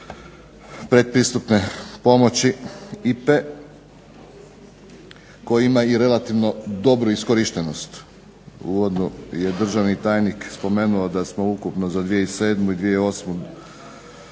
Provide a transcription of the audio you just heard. predpristupne pomoći IPA-e koji ima i relativno dobru iskorištenost. U uvodu je državni tajnik spomenuo da smo ukupno za 2007. i 2008.